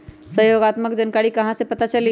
सहयोगात्मक जानकारी कहा से पता चली?